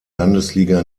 landesliga